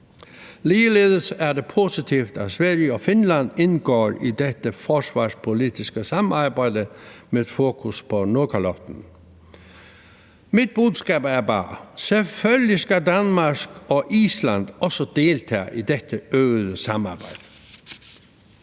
Ligeledes er det positivt, at Sverige og Finland indgår i dette forsvarspolitiske samarbejde med fokus på Nordkalotten. Mit budskab er bare: Selvfølgelig skal Danmark og Island også deltage i dette øgede samarbejde.